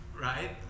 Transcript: right